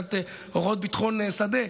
מבחינת הוראות ביטחון שדה,